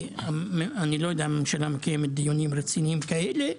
כי אני לא יודע אם הממשלה מקיימת דיונים רציניים כאלה,